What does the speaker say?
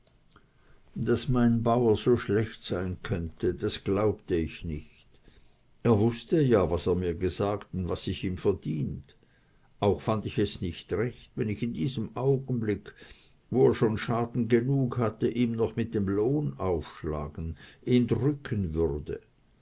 daß mein bauer so schlecht sein könnte das glaubte ich nicht er wußte ja was er mir gesagt und was ich ihm verdienet auch fand ich es nicht recht wenn ich in diesem augenblick wo er schon schaden genug hatte ihm noch mit dem lohn aufschlagen ihn drücken würde